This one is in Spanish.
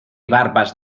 barbas